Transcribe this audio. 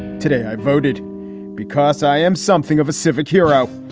today i voted because i am something of a civic hero,